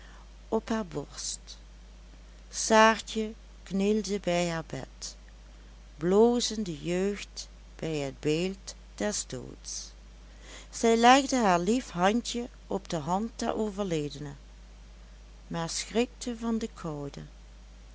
op haar borst saartje knielde bij haar bed blozende jeugd bij het beeld des doods zij legde haar lief handjen op de hand der overledene maar schrikte van de koude